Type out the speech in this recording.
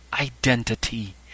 identity